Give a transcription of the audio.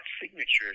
signatures